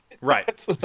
right